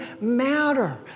matter